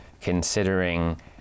considering